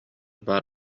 баар